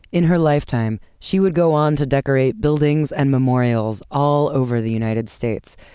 in her lifetime, she would go on to decorate buildings and memorials all over the united states.